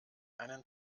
einen